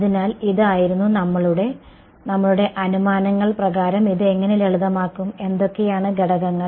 അതിനാൽ ഇത് ആയിരുന്നു നമ്മളുടെ നമ്മളുടെ അനുമാനങ്ങൾ പ്രകാരം ഇത് എങ്ങനെ ലളിതമാക്കും എന്തൊക്കെയാണ് ഘടകങ്ങൾ